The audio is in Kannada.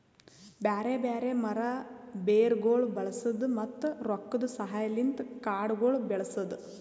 ಬ್ಯಾರೆ ಬ್ಯಾರೆ ಮರ, ಬೇರಗೊಳ್ ಬಳಸದ್, ಮತ್ತ ರೊಕ್ಕದ ಸಹಾಯಲಿಂತ್ ಕಾಡಗೊಳ್ ಬೆಳಸದ್